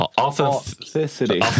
authenticity